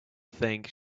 think